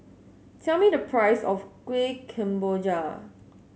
tell me the price of Kueh Kemboja